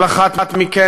כל אחת מכן,